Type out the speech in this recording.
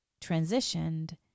transitioned